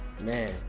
man